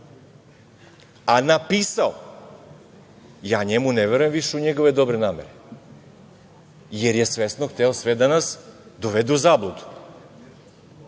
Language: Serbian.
a napisao ovo, ja njemu ne verujem više u njegove dobre namere, jer je svesno hteo sve da nas dovede u zabludu. Ili